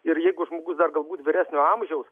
ir jeigu žmogus dar galbūt vyresnio amžiaus